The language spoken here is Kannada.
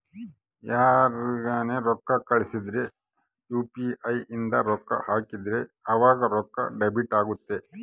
ಯಾರ್ಗನ ರೊಕ್ಕ ಕಳ್ಸಿದ್ರ ಯು.ಪಿ.ಇ ಇಂದ ರೊಕ್ಕ ಹಾಕಿದ್ರ ಆವಾಗ ರೊಕ್ಕ ಡೆಬಿಟ್ ಅಗುತ್ತ